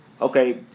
okay